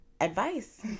advice